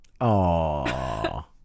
aww